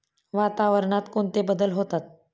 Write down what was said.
वातावरणात कोणते बदल होतात?